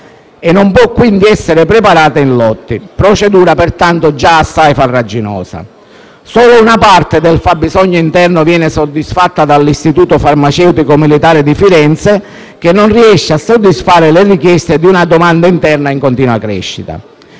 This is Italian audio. e non può, quindi, essere preparata in lotti. Procedura pertanto già assai farraginosa. Solo una parte del fabbisogno interno viene soddisfatta dall'Istituto farmaceutico militare di Firenze, che non riesce a soddisfare le richieste di una domanda interna in continua crescita.